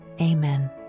amen